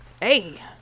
Hey